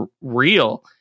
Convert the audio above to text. real